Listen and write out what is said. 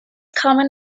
common